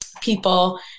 people